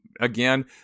again